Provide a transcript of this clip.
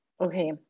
Okay